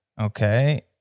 Okay